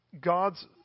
God's